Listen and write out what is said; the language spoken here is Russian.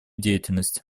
деятельность